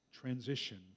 transition